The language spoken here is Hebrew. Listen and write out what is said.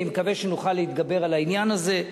אני מקווה שנוכל להתגבר על העניין הזה.